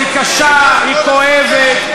היא קשה, היא כואבת.